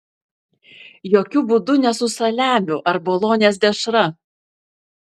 jokiu būdu ne su saliamiu ar bolonės dešra